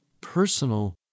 personal